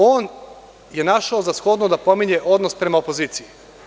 On je našao za shodno da pominje odnos prema opoziciji.